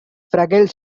fragile